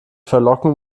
verlockung